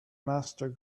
master